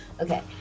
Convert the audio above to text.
Okay